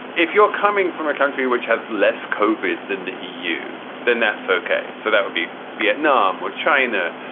if you're coming from a country which has less kovik than the eu, then that's ok. so that would be vietnam or china,